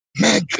Man